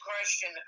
question